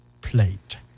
plate